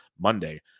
Monday